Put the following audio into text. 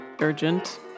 urgent